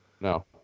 No